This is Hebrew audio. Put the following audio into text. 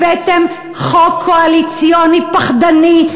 הבאתם חוק קואליציוני פחדני,